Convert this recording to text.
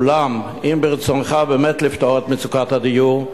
אולם אם ברצונך באמת לפתור את מצוקת הדיור,